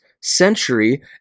century